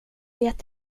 vet